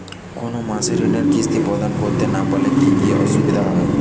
কোনো মাসে ঋণের কিস্তি প্রদান করতে না পারলে কি অসুবিধা হবে?